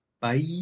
Bye